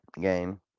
game